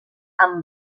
amb